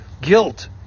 guilt